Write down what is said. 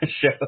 show